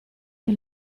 che